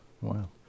Wow